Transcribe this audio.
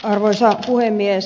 arvoisa puhemies